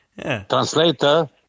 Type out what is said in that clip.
Translator